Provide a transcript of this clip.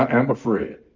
am afraid.